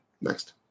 Next